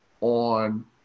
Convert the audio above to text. on